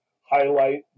highlight